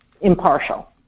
impartial